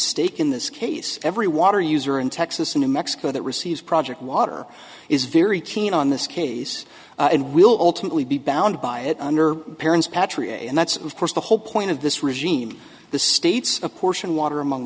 stake in this case every water user in texas and in mexico that receives project water is very keen on this case and will ultimately be bound by it under parents petrea and that's of course the whole point of this regime the states apportion water among